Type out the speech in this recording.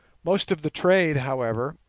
most of the trade, however,